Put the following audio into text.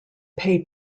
pay